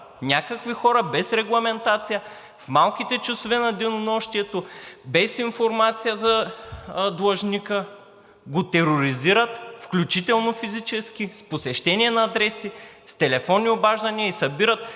някакви хора без регламентация в малките часове на денонощието, без информация за длъжника, го тероризират, включително физически, с посещения на адреси, с телефонни обаждания и събират